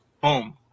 Boom